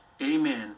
amen